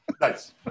Nice